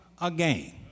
again